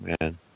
man